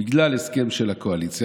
בגלל הסכם של הקואליציה,